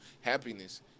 happiness